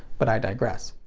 but i digress.